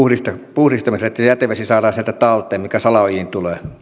puhdistamiselle että se jätevesi saadaan sieltä talteen mikä salaojiin tulee